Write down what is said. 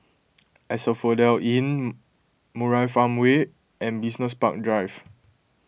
Asphodel Inn Murai Farmway and Business Park Drive